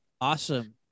Awesome